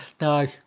no